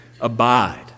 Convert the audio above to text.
abide